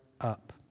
up